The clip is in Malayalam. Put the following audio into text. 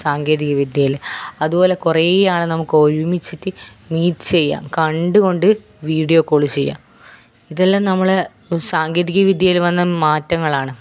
സാങ്കേതികവിദ്യയിൽ അതുപോലെ കുറേ ആളെ നമുക്ക് ഒരുമിച്ചിട്ട് മീറ്റ് ചെയ്യാം കണ്ടുകൊണ്ട് വീഡിയോ കോൾ ചെയ്യാം ഇതെല്ലാം നമ്മളുടെ സാങ്കേതികവിദ്യയിൽ വന്ന മാറ്റങ്ങളാണ്